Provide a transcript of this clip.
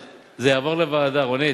זה יעבור לוועדה, רונית.